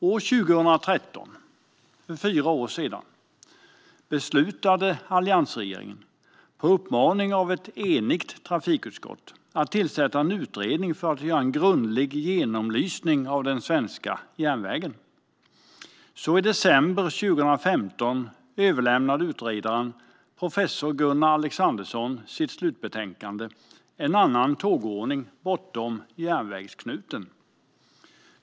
År 2013, för fyra år sedan, beslutade alliansregeringen på uppmaning av ett enigt trafikutskott att tillsätta en utredning för att göra en grundlig genomlysning av den svenska järnvägen. I december 2015 överlämnade utredaren, professor Gunnar Alexandersson, sitt slutbetänkande En annan tågordning - bortom järnvägsknuten .